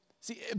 See